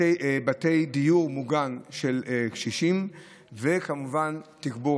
בתי דיור מוגן של קשישים וכמובן תגבור